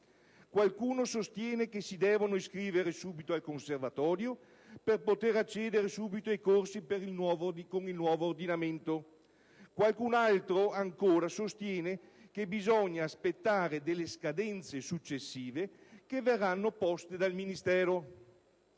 Qualcuno sostiene che si devono iscrivere subito al conservatorio per poter accedere immediatamente ai corsi con il nuovo ordinamento; qualcun'altro ancora sostiene che bisogna aspettare le successive scadenze che verranno poste dal Ministero.